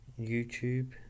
youtube